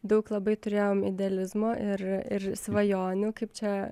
daug labai turėjom idealizmo ir ir svajonių kaip čia